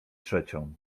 trzecią